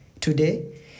Today